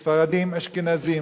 ספרדים, אשכנזים.